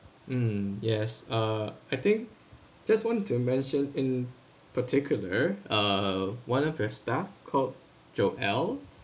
mm yes uh I think just want to mention in particular uh one of your staff called joel